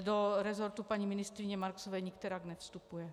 Do resortu paní ministryně Marksové nikterak nevstupuje.